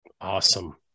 Awesome